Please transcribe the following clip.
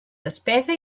despesa